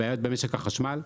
כגון בעיות במשק החשמל.